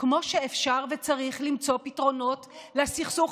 כמו שאפשר וצריך למצוא פתרונות לסכסוך